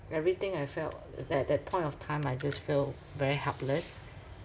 everything I felt at that point of time I just feel very helpless